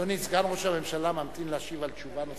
תודה רבה.